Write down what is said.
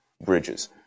bridges